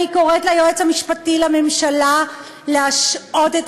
אני קוראת ליועץ המשפטי לממשלה להשעות את